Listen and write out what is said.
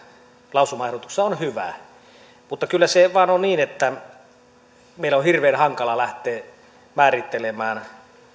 lausumaehdotuksessa on hyvä mutta kyllä se vain on niin että meidän on hirveän hankala lähteä määrittelemään